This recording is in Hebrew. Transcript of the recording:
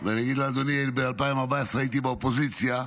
ואני אגיד לאדוני, ב-2014 הייתי באופוזיציה,